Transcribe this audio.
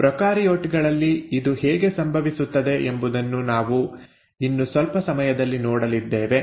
prokaryote ಗಳಲ್ಲಿ ಇದು ಹೇಗೆ ಸಂಭವಿಸುತ್ತದೆ ಎಂಬುದನ್ನು ನಾವು ಇನ್ನು ಸ್ವಲ್ಪ ಸಮಯದಲ್ಲಿ ನೋಡಲಿದ್ದೇವೆ